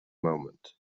moment